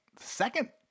second